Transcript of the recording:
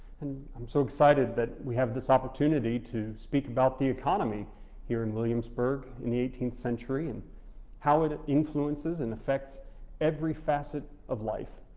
and i'm so excited that we have this opportunity to speak about the economy here in williamsburg in the eighteenth century and how it influences and affects every facet of life,